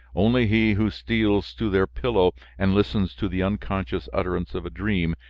only he who steals to their pillow and listens to the unconscious utterance of a dream,